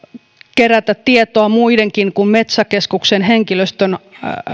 kerätä tietoa muidenkin kuin metsäkeskuksen henkilöstön